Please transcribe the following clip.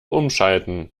umschalten